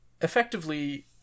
Effectively